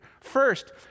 First